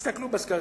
תסתכלו בסקרים: